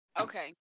Okay